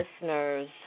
listeners